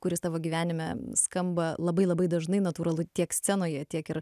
kuris tavo gyvenime skamba labai labai dažnai natūralu tiek scenoje tiek ir